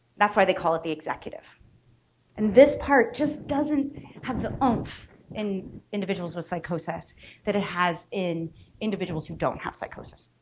that's why they call it the executive and this part just doesn't have the umph in individuals with psychosis that it has in individuals who don't have psychosis.